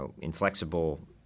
inflexible